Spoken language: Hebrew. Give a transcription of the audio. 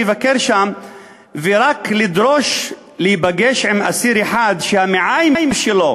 לבקר שם ורק לדרוש להיפגש עם אסיר אחד שהמעיים שלו,